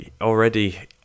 Already